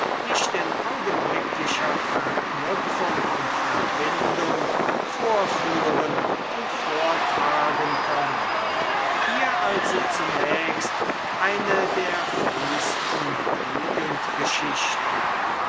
nicht in augenblicklicher verknüpfung und verbindung vorführen und vortragen können hier also zunächst eine der frühsten